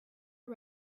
are